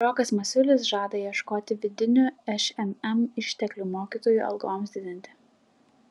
rokas masiulis žada ieškoti vidinių šmm išteklių mokytojų algoms didinti